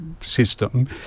system